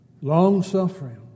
Long-suffering